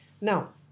now